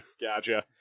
Gotcha